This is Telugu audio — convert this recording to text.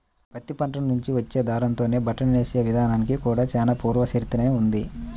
పత్తి పంట నుంచి వచ్చే దారంతోనే బట్టను నేసే ఇదానానికి కూడా చానా పూర్వ చరిత్రనే ఉంది